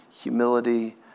humility